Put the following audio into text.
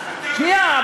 שנייה,